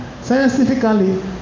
scientifically